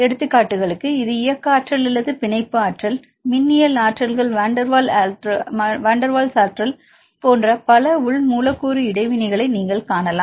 எடுத்துக்காட்டுகளுக்கு இது இயக்க ஆற்றல் அல்லது பிணைப்பு ஆற்றல் மின்னியல் ஆற்றல்கள் வான்டெர் வால்ஸ் ஆற்றல் போன்ற பல உள் மூலக்கூறு இடைவினைகளை நீங்கள் காணலாம்